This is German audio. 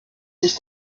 sich